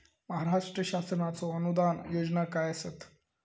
महाराष्ट्र शासनाचो अनुदान योजना काय आसत?